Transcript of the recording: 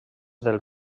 del